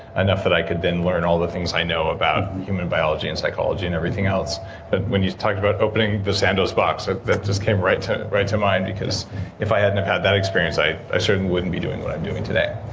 enough that i could learn all the things i know about human biology and psychology and everything else when you talked about opening the sandoz box, so that just came right to right to mind because if i hadn't of had that experience, i i certainly wouldn't be doing what i'm doing today.